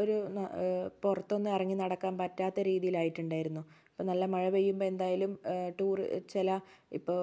ഒരു പുറത്തൊന്നും ഇറങ്ങി നടക്കാൻ പറ്റാത്ത രീതിയിലായിട്ടുണ്ടായിരുന്നു ഇപ്പം നല്ല മഴ പെയ്യുമ്പോൾ എന്തായാലും ടൂർ ചില ഇപ്പോൾ